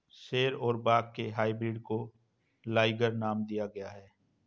शेर और बाघ के हाइब्रिड को लाइगर नाम दिया गया है